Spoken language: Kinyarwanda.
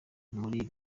muri